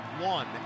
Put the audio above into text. one